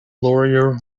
laurier